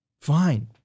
fine